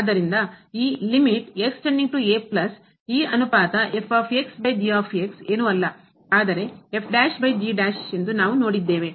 ಆದ್ದರಿಂದ ಈ ಈ ಅನುಪಾತ ಏನೂ ಅಲ್ಲ ಆದರೆ ಎಂದು ನಾವು ನೋಡಿದ್ದೇವೆ